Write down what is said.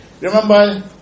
remember